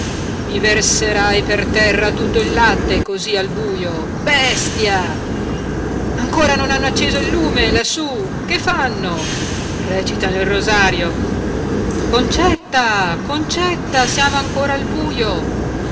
e i verserai per terra tutto il latte così al buio bestia ancora non hanno acceso il lume lassù che fanno recitano il rosario concetta concetta siamo ancora al buio